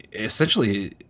Essentially